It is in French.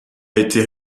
été